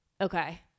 Okay